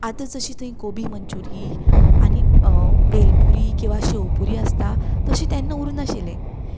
आतां जशें थंय गोबी मंच्युरी आनी भेलपुरी किंवा शो पुरी आसता तशें तेन्ना आसनाशिल्लें